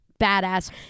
badass